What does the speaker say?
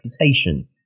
reputation